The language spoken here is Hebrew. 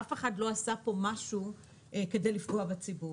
אף אחד לא עשה פה משהו כדי לפגוע בציבור,